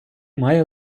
має